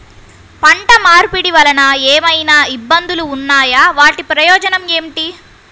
పంట మార్పిడి వలన ఏమయినా ఇబ్బందులు ఉన్నాయా వాటి ప్రయోజనం ఏంటి?